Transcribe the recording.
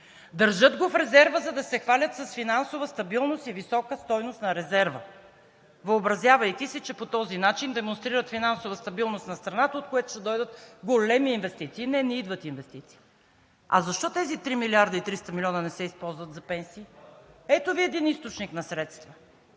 Държат го в резерва, за да се хвалят с финансова стабилност и висока стойност на резерва, въобразявайки си, че по този начин демонстрират финансова стабилност на страната, от което ще дойдат големи инвестиции. Не, не идват инвестиции. А защо тези 3 млрд. 300 милиона не се използват за пенсии?! Ето Ви един източник на средства.